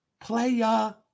player